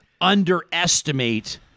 underestimate